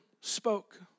spoke